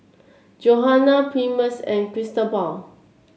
Johana Primus and Cristobal